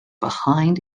behind